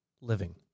living